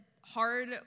hard